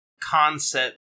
concept